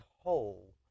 whole